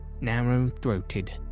narrow-throated